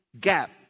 gap